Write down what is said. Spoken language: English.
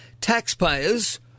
taxpayers